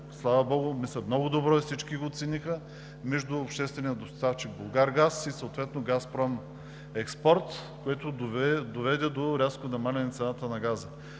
слава богу, мисля много добро, и всички го оцениха, между обществения доставчик Булгаргаз и съответно Газпроекспорт, което доведе до рязко намаляване цената на газа.